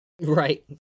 Right